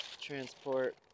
transport